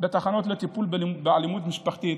בתחנות לטיפול באלימות משפחתית.